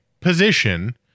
position